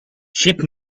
ship